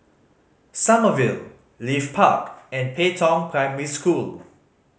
Sommerville Leith Park and Pei Tong Primary School